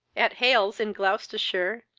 at hales, in gloucestershire,